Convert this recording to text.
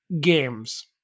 games